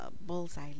bullseye